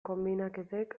konbinaketek